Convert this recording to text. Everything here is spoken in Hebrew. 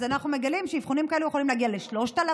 אז אנחנו מגלים שאבחונים כאלה יכולים להגיע ל-3,000,